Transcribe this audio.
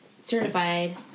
certified